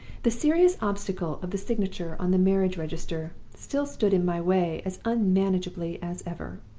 the serious obstacle of the signature on the marriage register still stood in my way as unmanageably as ever.